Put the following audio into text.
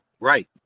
Right